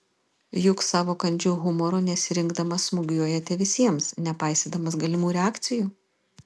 juk savo kandžiu humoru nesirinkdamas smūgiuojate visiems nepaisydamas galimų reakcijų